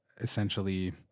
essentially